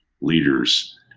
leaders